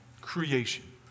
creation